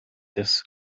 des